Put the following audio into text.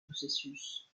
processus